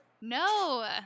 No